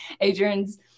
Adrian's